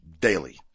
daily